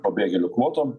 pabėgėlių kvotom